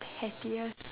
pettiest